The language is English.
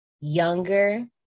younger